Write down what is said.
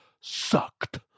sucked